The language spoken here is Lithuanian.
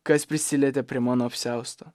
kas prisilietė prie mano apsiausto